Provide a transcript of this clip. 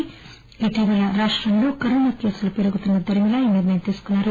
ణటీవల రాష్టంలో కరోనా కేసుల పెరుగుతున్న దరిమిలా ఈ నిర్దయం తీసుకున్నారు